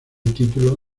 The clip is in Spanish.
título